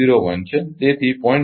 01 છે તેથી 0